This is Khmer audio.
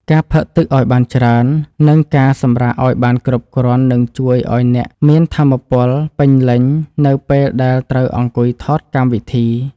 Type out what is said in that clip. ការផឹកទឹកឱ្យបានច្រើន និងការសម្រាកឱ្យបានគ្រប់គ្រាន់នឹងជួយឱ្យអ្នកមានថាមពលពេញលេញនៅពេលដែលត្រូវអង្គុយថតកម្មវិធី។